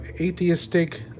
atheistic